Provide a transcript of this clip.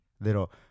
Little